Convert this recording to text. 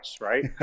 right